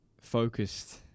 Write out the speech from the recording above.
focused